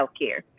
healthcare